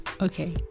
Okay